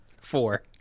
Four